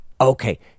Okay